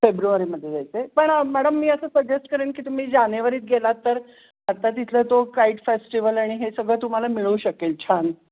फेब्रुवारीमध्ये जायचं आहे पण मॅडम मी असं सजेस्ट करेन की तुम्ही जानेवारीत गेलात तर आता तिथलं तो काईट फेस्टिवल आणि हे सगळं तुम्हाला मिळू शकेल छान